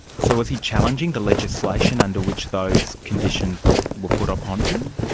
so was he challenging the legislation under which those conditions were were put upon him?